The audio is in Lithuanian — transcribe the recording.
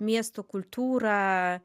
miesto kultūrą